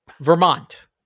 Vermont